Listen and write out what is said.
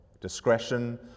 discretion